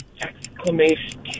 Exclamation